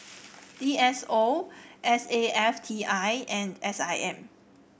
D S O S A F T I and S I M